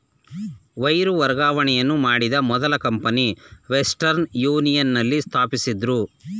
wire ವರ್ಗಾವಣೆಯನ್ನು ಮಾಡಿದ ಮೊದಲ ಕಂಪನಿ ವೆಸ್ಟರ್ನ್ ಯೂನಿಯನ್ ನಲ್ಲಿ ಸ್ಥಾಪಿಸಿದ್ದ್ರು